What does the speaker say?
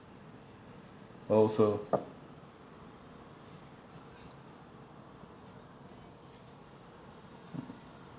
also